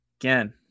Again